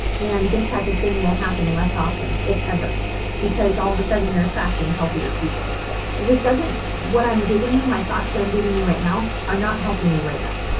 and this type of thing will happen less often if ever because all of a sudden you're attracting healthier people. if this doesn't what i'm giving you my thoughts that i'm giving you right now are not helping you right now.